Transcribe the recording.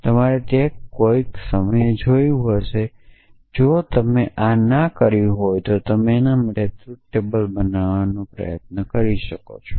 તમારે તે કોઈક સમયે જોયું હશે કે જો તમે આ ન કર્યું હોય તો આ માટે ટ્રુથ ટેબલ બનાવવાનો પ્રયાસ કરો